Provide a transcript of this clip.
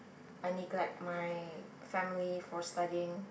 I neglect my family for studying